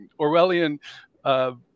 Orwellian